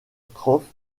strophe